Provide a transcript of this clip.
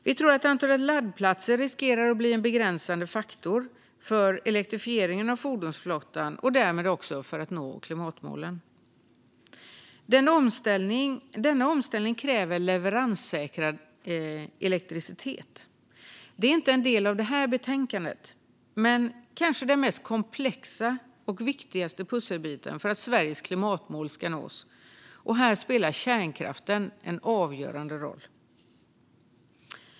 Vi tror att antalet laddplatser riskerar att bli en begränsande faktor för elektrifieringen av fordonsflottan och därmed också för att nå klimatmålen. Denna omställning kräver leveranssäkrad elektricitet. Det är inte en del av det här betänkandet men kanske den mest komplexa och viktigaste pusselbiten för att Sveriges klimatmål ska nås. Här spelar kärnkraften en avgörande roll.